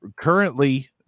currently